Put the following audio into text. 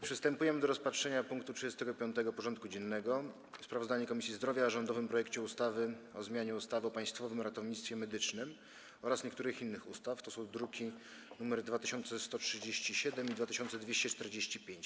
Przystępujemy do rozpatrzenia punktu 35. porządku dziennego: Sprawozdanie Komisji Zdrowia o rządowym projekcie ustawy o zmianie ustawy o Państwowym Ratownictwie Medycznym oraz niektórych innych ustaw (druki nr 2137 i 2245)